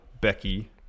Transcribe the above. Becky